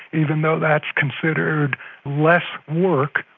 even though that's considered less work,